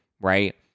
right